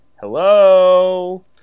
hello